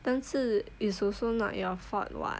但是 it's also not your fault [what]